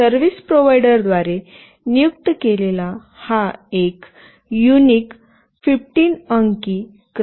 service प्रोवाइडरद्वारे नियुक्त केलेला हा एक युनिक 15 अंकी क्रमांक आहे